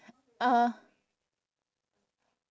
uh